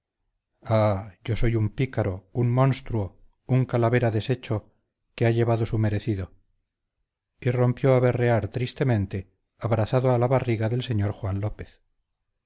yo soy un pícaro un monstruo un calavera deshecho que ha llevado su merecido y rompió a berrear tristemente abrazado a la barriga del señor juan lópez